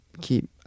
keep